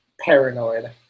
paranoid